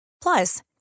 Plus